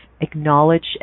acknowledge